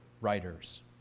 writers